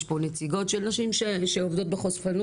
יש פה נציגות של נשים שעובדות בחשפנות.